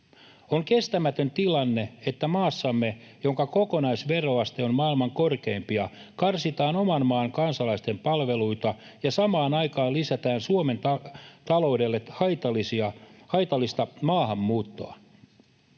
On kestämätön tilanne, että maassamme, jonka kokonaisveroaste on maailman korkeimpia, karsitaan oman maan kansalaisten palveluita ja samaan aikaan lisätään Suomen taloudelle haitallista maahanmuuttoa.